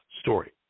story